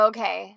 Okay